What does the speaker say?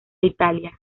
italia